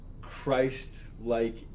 Christ-like